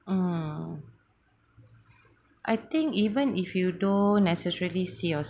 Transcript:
mm I think even if you don't necessarily see yourself